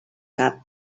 cap